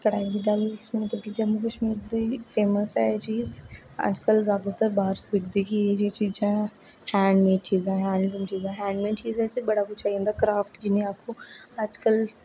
कढाई दी गल्ल मतलब कि जम्मू कशमीर दी फेमस ऐ एह् चीज अजकल ज्यादातर बाहर बिकदी गै एह् चीज ऐ हैंड मेड चीजां हैड मेड चीजें च बड़ा कुछ आई जंदा कराफ्ट जिन्ने आक्खो अजकल